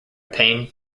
pain